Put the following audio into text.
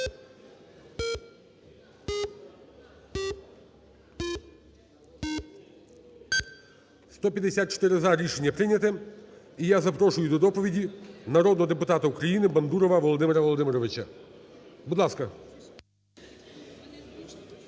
За-154 Рішення прийняте. І я запрошую до доповіді народного депутата України Бандурова Володимира Володимировича. Будь ласка.